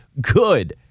good